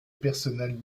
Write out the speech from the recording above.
personnel